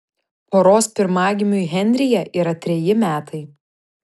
poros pirmagimiui henryje yra treji metai